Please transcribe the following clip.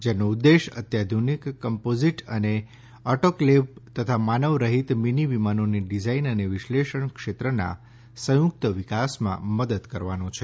જેનો ઉદેશ અત્યાધુનિક કંપોઝિટ અને ઓટોકલેપ તથા માનવ રહિત મિની વિમાનોની ડિઝાઈન અને વિશ્વલેષણ ક્ષેત્રનાં સંયુક્ત વિકાસમાં મદદ કરવાનો છે